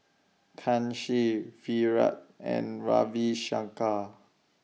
Kanshi Virat and Ravi Shankar